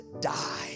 die